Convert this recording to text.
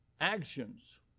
actions